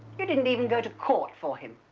you didn't even go to court for him.